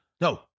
no